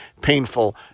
Painful